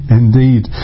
indeed